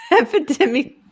epidemic